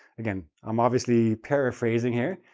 again, i'm obviously paraphrasing here,